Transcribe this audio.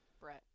Brett